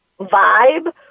vibe